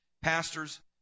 pastors